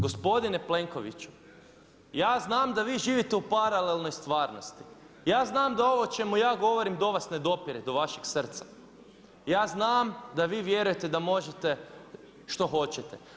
Gospodine Plenkoviću, ja znam da vi živite u paralelnoj stvarnosti, ja znam da ovo o čemu ja govorim do vas ne dopire, do vašeg srca, ja znam da vi vjerujete da možete što hoćete.